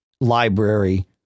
library